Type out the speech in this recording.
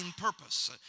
purpose